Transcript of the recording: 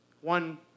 One